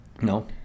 No